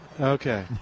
Okay